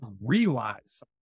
realize